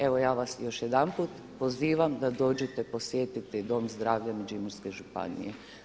Evo ja vas još jedanput pozivam da dođete posjetiti Dom zdravlja Međimurske županije.